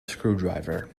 screwdriver